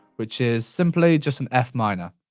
which is simply just an f minor.